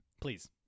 Please